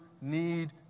need